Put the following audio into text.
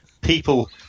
people